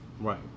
right